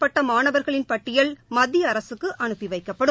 பட்ட மாணவர்களின் பட்டியல் மத்திய அரசுக்கு அனுப்பி வைக்கப்படும்